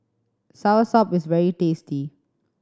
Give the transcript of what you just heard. soursop is very tasty